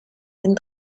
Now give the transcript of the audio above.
den